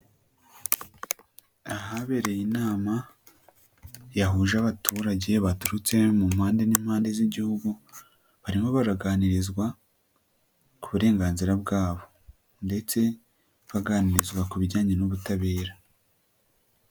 Ahabereye inama yahuje abaturage baturutse mu mpande n'impande z'Igihugu, barimo baraganirizwa ku burenganzira bwabo ndetse baganirizwa ku bijyanye n'ubutabera.